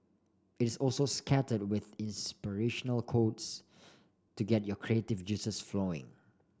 it's also scattered with inspirational quotes to get your creative juices flowing